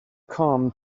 come